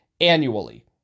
annually